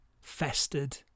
festered